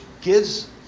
gives